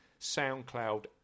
SoundCloud